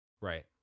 right